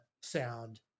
sound